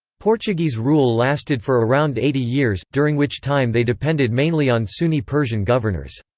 portuguese rule lasted for around eighty years, during which time they depended mainly on sunni persian governors.